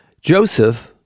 Joseph